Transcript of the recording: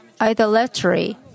idolatry